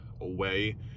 away